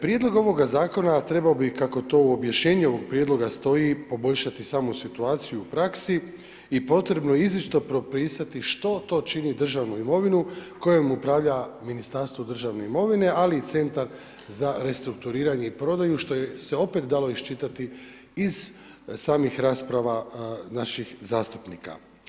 Prijedlog ovoga zakona trebao bi kako to u objašnjenju ovoga prijedloga stoji poboljšati samu situaciju u praksi i potrebno je izričito propisati što to čini državnu imovinu kojom upravlja Ministarstvo državne imovine, ali i Centar za restrukturiranje i prodaju što se opet dalo iščitati iz samih rasprava naših zastupnika.